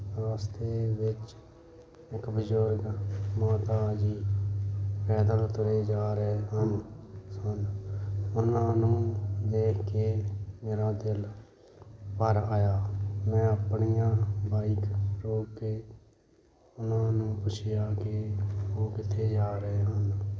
ਰਸਤੇ ਵਿੱਚ ਇੱਕ ਬਜ਼ੁਰਗ ਮਾਤਾ ਜੀ ਪੈਦਲ ਤੁਰੇ ਜਾ ਰਹੇ ਹਨ ਸਨ ਤਾਂ ਉਹਨਾਂ ਨੂੰ ਦੇਖ ਕੇ ਮੇਰਾ ਦਿਲ ਭਰ ਆਇਆ ਮੈਂ ਆਪਣੀ ਬਾਈਕ ਰੋਕ ਕੇ ਉਹਨਾਂ ਨੂੰ ਪੁੱਛਿਆ ਕਿ ਉਹ ਕਿੱਥੇ ਜਾ ਰਹੇ ਹਨ